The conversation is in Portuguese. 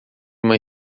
uma